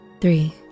Three